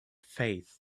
faith